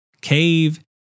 cave